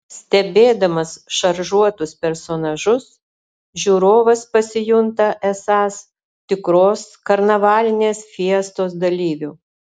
stebėdamas šaržuotus personažus žiūrovas pasijunta esąs tikros karnavalinės fiestos dalyviu